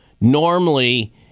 Normally